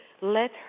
let